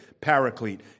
paraclete